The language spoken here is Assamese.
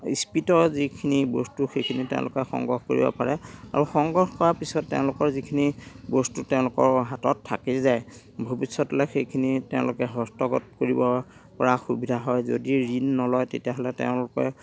ইস্পিত যিখিনি বস্তু সেইখিনি তেওঁলোকে সংগ্ৰহ কৰিব পাৰে আৰু সংগ্ৰহ কৰাৰ পিছত তেওঁলোকৰ যিখিনি বস্তু তেওঁলোকৰ হাতত থাকি যায় ভৱিষ্য়তলে সেইখিনি তেওঁলোকে হস্তগত কৰিব পৰা সুবিধা হয় যদি ঋণ নলয় তেতিয়াহ'লে তেওঁলোকে